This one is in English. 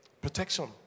protection